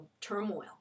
turmoil